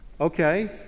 Okay